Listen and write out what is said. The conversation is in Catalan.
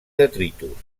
detritus